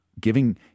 giving